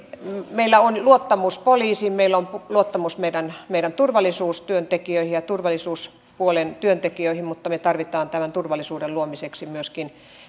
meillä on luottamus poliisiin meillä on luottamus meidän meidän turvallisuustyöntekijöihin ja turvallisuuspuolen työntekijöihin mutta me tarvitsemme tämän turvallisuuden luomiseksi myöskin